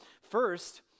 First